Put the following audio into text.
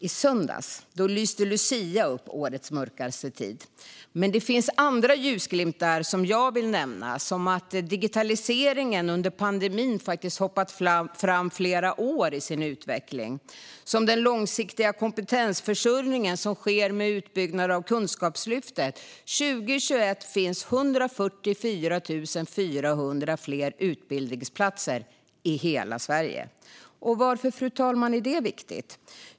I söndags lyste Lucia upp årets mörkaste tid. Men det finns andra ljusglimtar jag vill nämna, som att digitaliseringen under pandemin hoppat fram flera år i sin utveckling och att vi åstadkommer en långsiktig kompetensförsörjning genom utbyggnaden av Kunskapslyftet. År 2021 kommer det att finnas 144 400 fler utbildningsplatser i hela Sverige. Varför är då det viktigt, fru talman?